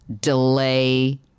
delay